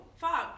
fog